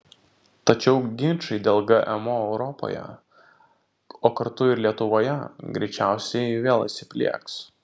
tačiau ginčai dėl gmo europoje o kartu ir lietuvoje greičiausiai vėl įsiplieks